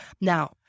Now